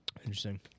Interesting